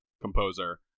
composer